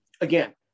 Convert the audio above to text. again